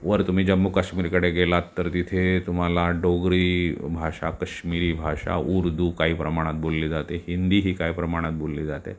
वर तुम्ही जम्मू काश्मीरकडे गेलात तर तिथे तुम्हाला डोगरी भाषा काश्मिरी भाषा उर्दू काही प्रमाणात बोलली जाते हिंदी ही काही प्रमाणात बोलली जाते